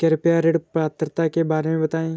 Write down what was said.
कृपया ऋण पात्रता के बारे में बताएँ?